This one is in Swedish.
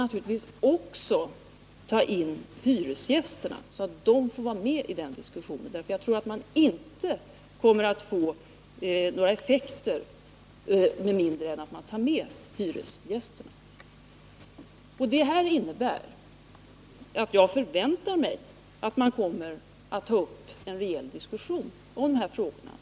Naturligtvis bör man låta hyresgästerna vara med i den diskussionen. Jag tror nämligen inte att man kommer att få några effekter med mindre än att man tar med hyresgästerna. Jag förväntar mig alltså att man kommer att ta upp en rejäl diskussion om dessa frågor.